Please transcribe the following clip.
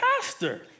Pastor